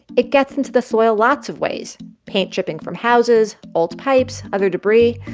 it gets into the soil lots of ways paint chipping from houses, old pipes, other debris.